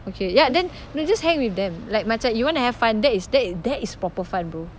okay ya then then just hang with them like macam you want to have fun that is that is that is proper fun bro